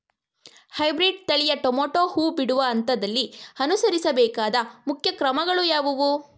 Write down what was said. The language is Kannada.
ಹೈಬ್ರೀಡ್ ತಳಿಯ ಟೊಮೊಟೊ ಹೂ ಬಿಡುವ ಹಂತದಲ್ಲಿ ಅನುಸರಿಸಬೇಕಾದ ಮುಖ್ಯ ಕ್ರಮಗಳು ಯಾವುವು?